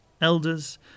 elders